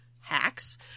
hacks